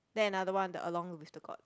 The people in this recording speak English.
then another one the along with the court